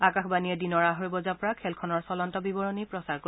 আকাশবাণীয়ে দিনৰ আঢ়ৈ বজাৰ পৰা খেলখনৰ চলন্ত বিৱৰণী প্ৰচাৰ কৰিব